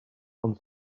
ond